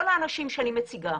כל האנשים שאני מציגה,